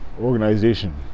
organization